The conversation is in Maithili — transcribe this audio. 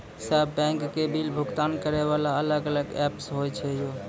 सब बैंक के बिल भुगतान करे वाला अलग अलग ऐप्स होय छै यो?